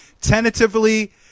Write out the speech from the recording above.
tentatively